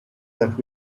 that